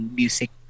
music